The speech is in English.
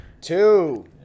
Two